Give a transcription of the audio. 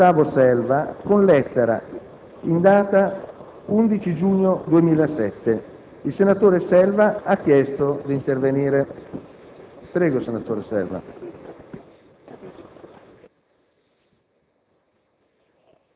Gustavo Selva con lettera in data 11 giugno 2007. Il senatore Selva ha chiesto di intervenire. Ne ha facoltà.